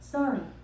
Sorry